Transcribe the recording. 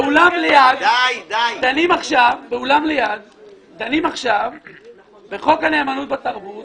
באולם ליד דנים כעת בחוק הנאמנות בתרבות